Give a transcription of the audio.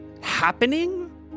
happening